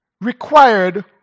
required